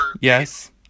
Yes